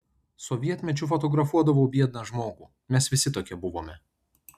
sovietmečiu fotografuodavau biedną žmogų mes visi tokie buvome